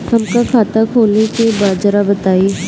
हमका खाता खोले के बा जरा बताई?